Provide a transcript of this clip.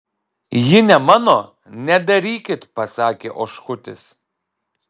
ji ne mano nedarykit pasakė oškutis